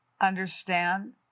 understand